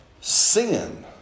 sin